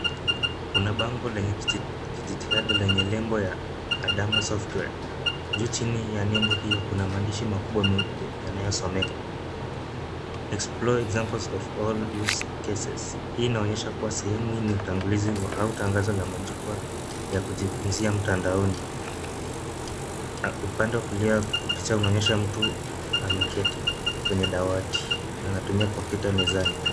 Kuna bango lenye kijiitadi lenye nembo ya Adamu software . Juu chini ya nembo hiyo kuna maandishi makubwa meupe yanayosomeka Explore examples of all use cases . Hii inaonyesha kuwa sehemu hii ni utangulizi au tangazo la majukwaa ya kujifunzia mtandaoni. Upande wa kulia, kwa picha inaonyesha mtu ameketi kwenye dawati na anatumia kompyuta mezani.